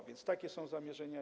A więc takie są zamierzenia.